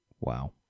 Wow